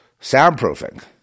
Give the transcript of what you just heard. soundproofing